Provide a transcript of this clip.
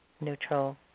neutral